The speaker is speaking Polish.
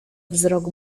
wzrok